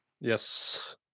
Yes